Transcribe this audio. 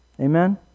Amen